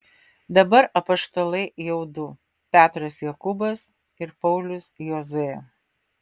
dabar apaštalai jau du petras jokūbas ir paulius jozuė